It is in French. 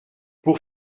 pour